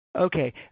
Okay